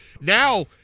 Now